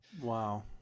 Wow